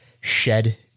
shed